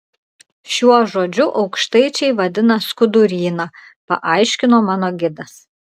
šiuo žodžiu aukštaičiai vadina skuduryną paaiškino mano gidas